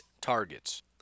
targets